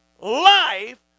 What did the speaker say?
life